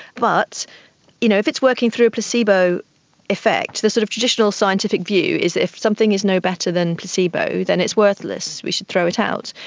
but you know if it's working through a placebo effect, the sort of traditional scientific view is that if something is no better than placebo then it's worthless, we should throw it out.